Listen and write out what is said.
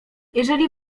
jeżeli